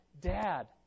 Dad